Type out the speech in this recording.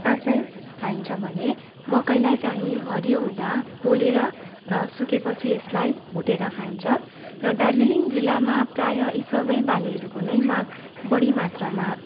काँचै खाइन्छ भने मकैलाई चाहिँ हरियो हुँदा पोलेर र सुकेपछि यसलाई भुटेर खाइन्छ र दार्जिलिङ जिल्लामा प्रायः यी सबै बालीहरूको नै माग बढी मात्रामा